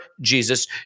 Jesus